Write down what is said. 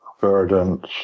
verdant